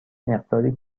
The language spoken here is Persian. مقداری